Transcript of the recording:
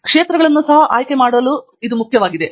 ಕ್ಷೇತ್ರಗಳನ್ನು ಸಹ ಆಯ್ಕೆ ಮಾಡಲು ಇದು ಬಹಳ ಮುಖ್ಯವಾಗಿದೆ